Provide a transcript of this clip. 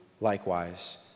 likewise